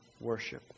worship